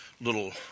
little